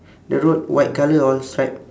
the road white colour all stripe